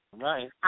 Right